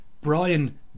Brian